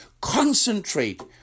Concentrate